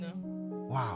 Wow